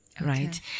right